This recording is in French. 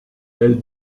elle